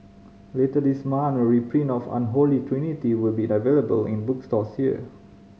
later this month a reprint of Unholy Trinity will be available in bookstores here